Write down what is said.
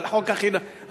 על חוק החינמון,